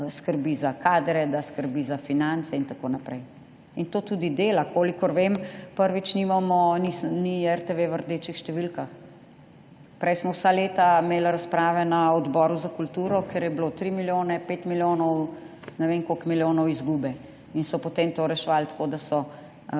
da skrbi za kadre, da skrbi za finance in tako naprej. In to tudi dela. Kolikor vem, prvič ni RTV v rdečih številkah. Prej smo vsa leta imeli razprave na Odboru za kulturo, ker je bilo 3 milijone, 5 milijonov, ne vem koliko milijonov izgube, in so potem to reševali tako, da so